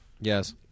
Yes